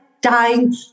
dying